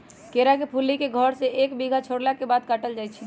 केरा के फुल्ली के घौर से एक बित्ता छोरला के बाद काटल जाइ छै